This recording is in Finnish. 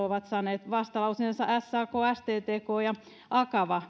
ovat antaneet vastalauseensa muun muassa sak sttk ja akava